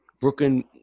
Brooklyn